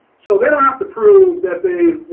so they don't have to prove that they.